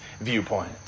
viewpoint